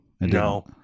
no